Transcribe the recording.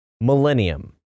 Millennium